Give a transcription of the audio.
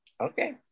Okay